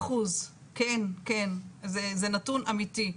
זה נתון אמיתי.